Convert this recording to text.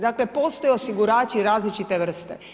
Dakle, postoje osigurači različite vrste.